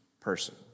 person